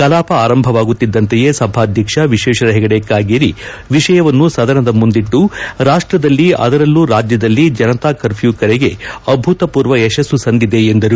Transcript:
ಕಲಾಪ ಆರಂಭವಾಗುತ್ತಿದ್ದಂತೆಯೇ ಸಭಾಧ್ಯಕ್ಷ ವಿಶ್ವೇಶ್ವರ ಹೆಗಡೆ ಕಾಗೇರಿ ವಿಷಯವನ್ನು ಸದನದ ಮುಂದಿಟ್ಟು ರಾಷ್ಟ್ರದಲ್ಲಿ ಅದರಲ್ಲೂ ರಾಜ್ಯದಲ್ಲಿ ಜನತಾ ಕರ್ಪ್ಯೂ ಕರೆಗೆ ಅಭೂತಪೂರ್ವ ಯಶಸ್ಸು ಸಂದಿದೆ ಎಂದರು